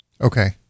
Okay